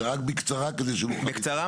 קודם